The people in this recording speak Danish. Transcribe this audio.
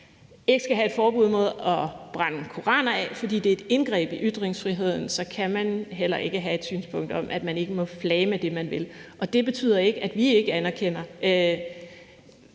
ikke skal have et forbud mod at brænde koraner af, fordi det er et indgreb i ytringsfriheden, så kan man heller ikke have et synspunkt om, at man ikke må flage med det, man vil. Det betyder ikke, at vi ikke anerkender